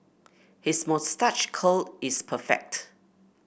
his moustache curl is perfect